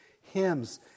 hymns